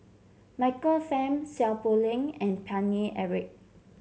Michael Fam Seow Poh Leng and Paine Eric